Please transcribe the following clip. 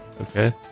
Okay